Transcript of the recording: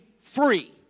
free